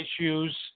issues